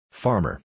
Farmer